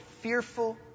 fearful